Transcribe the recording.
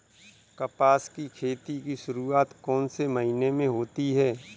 कपास की खेती की शुरुआत कौन से महीने से होती है?